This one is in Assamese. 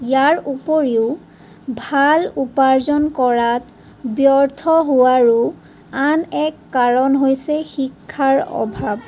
ইয়াৰ উপৰিও ভাল উপাৰ্জন কৰাত ব্যৰ্থ হোৱাৰো আন এক কাৰণ হৈছে শিক্ষাৰ অভাৱ